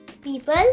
People